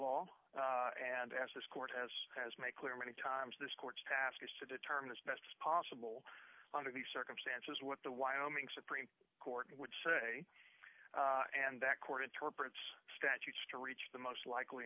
law and as this court has has made clear many times this court's task is to determine as best as possible under the circumstances what the wyoming supreme court would say and that court interprets statutes to reach the most likely